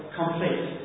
complete